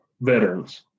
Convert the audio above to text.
veterans